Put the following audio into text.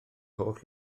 hoff